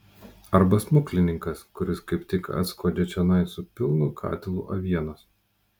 arba smuklininkas kuris kaip tik atskuodžia čionai su pilnu katilu avienos